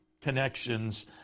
connections